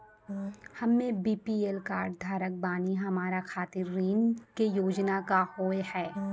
हम्मे BPL card धारक बानि हमारा खातिर ऋण के योजना का होव हेय?